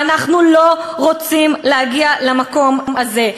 ואנחנו לא רוצים להגיע למקום הזה.